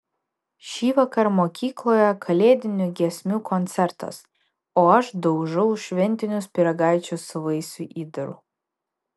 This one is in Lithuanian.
šįvakar mokykloje kalėdinių giesmių koncertas o aš daužau šventinius pyragaičius su vaisių įdaru